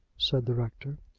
said the rector.